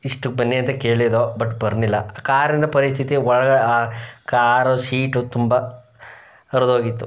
ಇಷ್ಟಕ್ಕೆ ಬನ್ನಿ ಅಂತ ಕೇಳಿದೊ ಬಟ್ ಬರ್ಲಿಲ್ಲ ಕಾರಿನ ಪರಿಸ್ಥಿತಿ ಒಳ ಆ ಕಾರು ಶೀಟು ತುಂಬ ಹರಿದೋಗಿತ್ತು